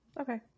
Okay